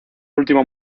último